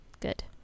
good